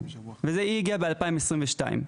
היא הגיעה ב-2022.